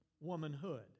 womanhood